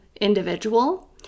individual